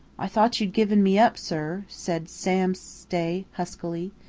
i thought you'd given me up, sir, said sam stay huskily.